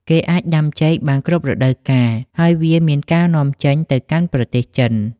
គេអាចដាំចេកបានគ្រប់រដូវកាល ហើយវាមានការនាំចេញទៅកាន់ប្រទេសចិន។